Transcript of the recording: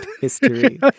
history